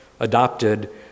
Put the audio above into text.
adopted